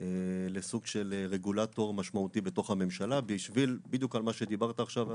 לסוג של רגולטור משמעותי בתוך הממשלה בשביל בדיוק על מה שדיברת עכשיו,